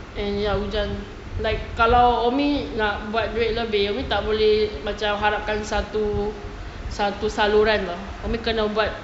and ya hujan like kalau umi nak buat duit lebih umi tak boleh macam harapkan satu satu saluran umi kena buat